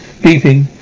Beeping